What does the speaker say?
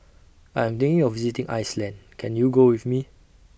I Am thinking of visiting Iceland Can YOU Go with Me